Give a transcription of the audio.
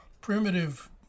primitive